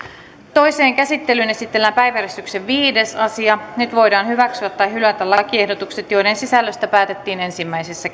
toiseen käsittelyyn esitellään päiväjärjestyksen viides asia nyt voidaan hyväksyä tai hylätä lakiehdotukset joiden sisällöstä päätettiin ensimmäisessä